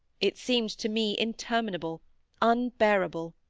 it seemed to me interminable unbearable.